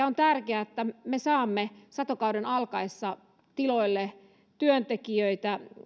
on tärkeää että me saamme satokauden alkaessa tiloille työntekijöitä